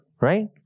Right